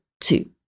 two